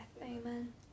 Amen